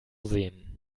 sehen